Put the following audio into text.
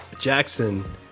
Jackson